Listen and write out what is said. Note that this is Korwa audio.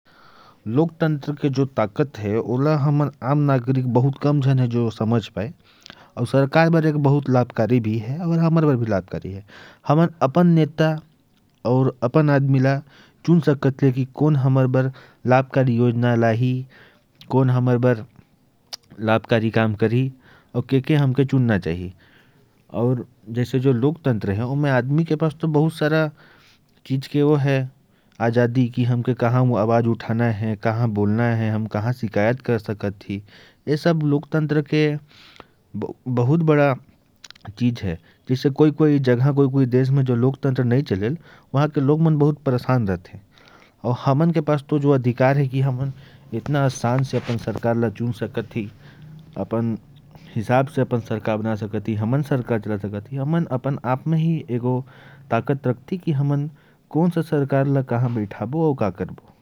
लोकतंत्र बहुत अच्छा है। एमे आदमी के पास सब चीज के अधिकार है, अपन बात ला रख सकत ही, अपन सरकार ला चुन सकत ही, और कोई भी बात ला सरकार के सामने खुला मन से रख सकत ही।